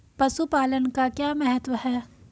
पशुपालन का क्या महत्व है?